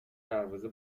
دروازه